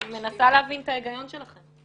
אני מנסה להבין את ההיגיון שלכם,